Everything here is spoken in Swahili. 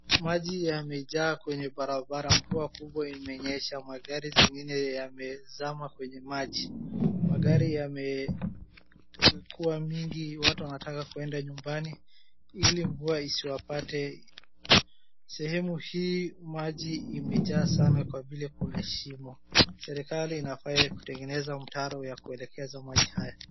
maji yamejaa kwenye barabara mvua kubwa imenyesha magari zingine yamezama kwenye maji , magari yamekuwa mingi watu wanataka kuenda nyumbani ili mvua isiwapate , sehemu hii maji imejaa sana kwa vile kuna shimo serikali inafaa kutengeneza mtaro ya kuelekeza maji haya